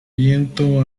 viento